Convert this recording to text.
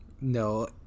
no